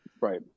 Right